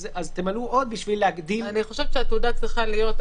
אז תמלאו עוד בשביל להגדיל --- העתודה צריכה להיות,